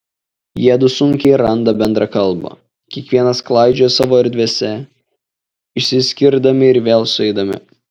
jiedu sunkiai randa bendrą kalbą kiekvienas klaidžioja savo erdvėse išsiskirdami ir vėl sueidami